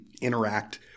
interact